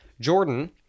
Jordan